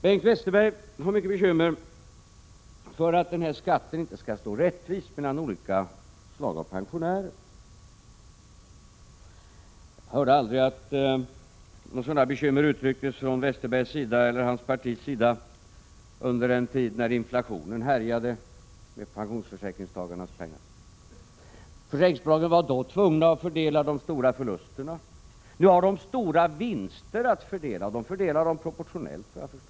Bengt Westerberg har mycket bekymmer för att den här skatten inte skall slå rättvist mellan olika slag av pensionärer. Jag hörde aldrig att några sådana bekymmer uttrycktes av Westerberg eller hans parti under den tid då inflationen härjade med pensionsförsäkringstagarnas pengar. Försäkringsbolagen var då tvungna att fördela de stora förlusterna. Nu har de stora vinster att fördela, och dessa fördelar de proportionellt, såvitt jag förstår.